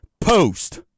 post